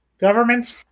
Governments